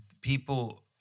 people